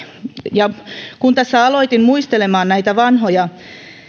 ja kun tässä aloitin muistelemaan näitä vanhoja